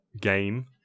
game